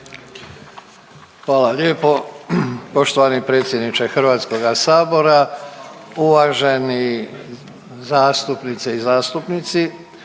Hvala lijepo. Poštovani predsjedniče HS-a, uvaženi zastupnice i zastupnici.